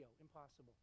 Impossible